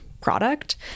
product